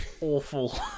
awful